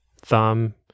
thumb